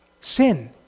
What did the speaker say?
sin